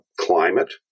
climate